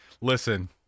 listen